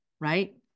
Right